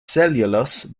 cellulose